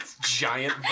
Giant